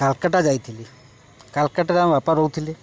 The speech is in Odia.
କାଲକାଟା ଯାଇଥିଲି କାଲକାଟାରେ ଆମ ବାପା ରହୁଥିଲେ